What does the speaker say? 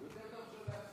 אולי לא שמים לב למילה.